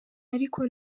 ariko